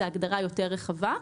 זאת הגדרה יותר רחבה.